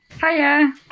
Hiya